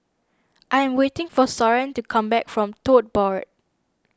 I am waiting for Soren to come back from Tote Board